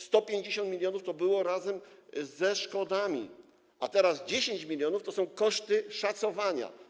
150 mln było razem ze szkodami, a teraz 10 mln to są koszty szacowania.